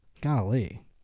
Golly